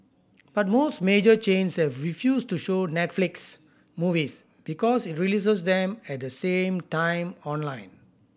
but most major chains have refused to show Netflix movies because it releases them at the same time online